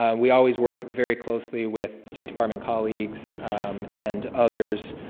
um we always work very closely with state department colleagues and others,